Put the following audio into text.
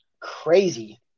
crazy